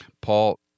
Paul